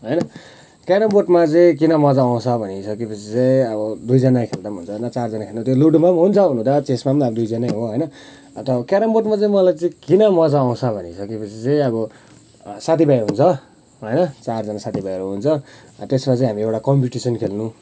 होइन क्यारेमबोर्डमा चाहिँ किन मजा आउँछ भनिसकेपछि चाहिँ अब दुईजना खेल्दा पनि हुन्छ होइन चारजना खेलदा पनि त्यो लुडोमा हुन्छ हुनु त चेसमाम अब दुईजना हो होइन क्यारमबोर्डमा चाहिँ मलाई किन मजा आँउछ भनिसकेपछि चाहिँ अब साथी भाइ हुन्छ होइन चार जना साथी भाइहरू हुन्छ त्यसमा चाहिँ हामी एउटा कम्पिटिसन खेल्नु